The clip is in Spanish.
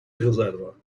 reserva